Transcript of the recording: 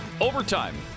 Overtime